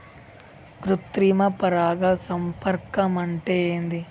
కృత్రిమ పరాగ సంపర్కం అంటే ఏంది?